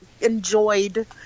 enjoyed